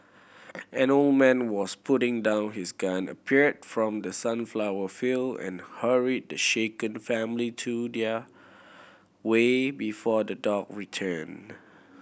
an old man was putting down his gun appeared from the sunflower field and hurried the shaken family to their way before the dog return